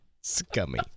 Scummy